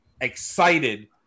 excited